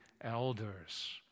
elders